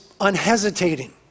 unhesitating